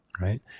right